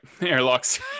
Airlocks